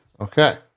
Okay